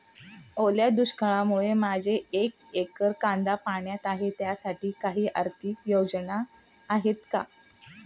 ओल्या दुष्काळामुळे माझे एक एकर कांदा पाण्यात आहे त्यासाठी काही आर्थिक योजना आहेत का?